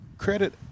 Credit